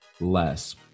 less